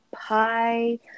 pie